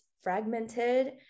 fragmented